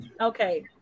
okay